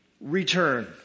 return